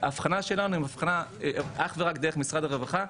האבחנה שלנו היא אבחנה אך ורק דרך משרד הרווחה,